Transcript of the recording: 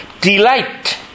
delight